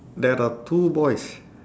there are two boys